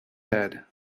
head